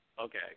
okay